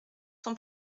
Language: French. ton